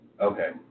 okay